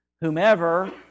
whomever